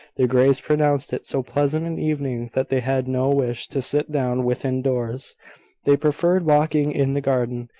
the greys pronounced it so pleasant an evening, that they had no wish to sit down within doors they preferred walking in the garden.